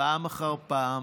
פעם אחר פעם,